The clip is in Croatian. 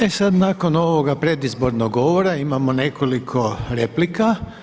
E sada nakon ovoga predizbornog govora imamo nekoliko replika.